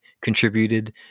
contributed